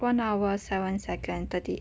one hour seven seconds thirty